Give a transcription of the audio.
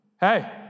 Hey